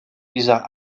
dieser